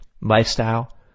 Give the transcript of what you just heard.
lifestyle